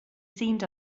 seemed